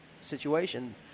situation